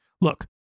Look